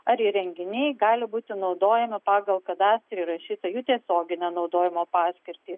ar įrenginiai gali būti naudojami pagal kadaise įrašytą jų tiesioginę naudojimo paskirtį